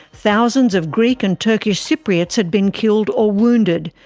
thousands of greek and turkish cypriots had been killed or wounded,